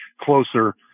closer